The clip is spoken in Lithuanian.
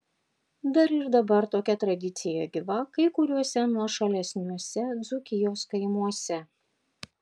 dar ir dabar tokia tradicija gyva kai kuriuose nuošalesniuose dzūkijos kaimuose